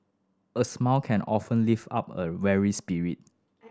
a smile can often lift up a weary spirit